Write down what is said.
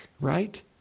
right